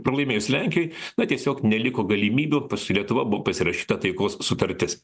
pralaimėjus lenkijoj na tiesiog neliko galimybių su lietuva buvo pasirašyta taikos sutartis